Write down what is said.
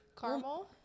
Caramel